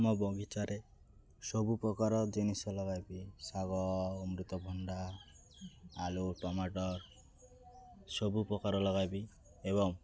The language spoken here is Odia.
ମୋ ବଗିଚାରେ ସବୁପ୍ରକାର ଜିନିଷ ଲଗାଇବି ଶାଗ ଅମୃତଭଣ୍ଡା ଆଳୁ ଟମାଟର ସବୁପ୍ରକାର ଲଗାଇବି ଏବଂ